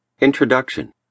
INTRODUCTION